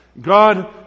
God